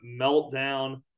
meltdown